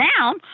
down